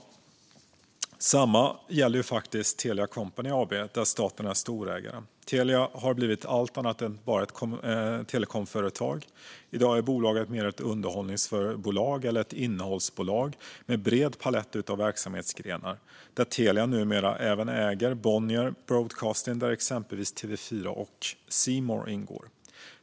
Detsamma gäller Telia Company AB, där staten är en storägare. Telia har blivit allt annat än bara ett telekomföretag. I dag är bolaget mer av ett underhållningsbolag, eller ett innehållsbolag, med en bred palett av verksamhetsgrenar. Telia äger numera även Bonnier Broadcasting, där exempelvis TV4 och C More ingår.